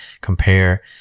compare